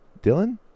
Dylan